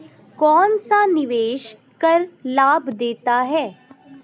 कौनसा निवेश कर लाभ देता है?